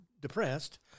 depressed